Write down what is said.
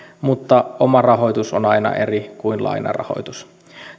mutta oma rahoitus on aina eri kuin lainarahoitus